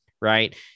right